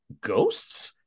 Ghosts